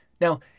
Now